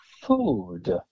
food